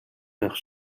байх